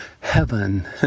heaven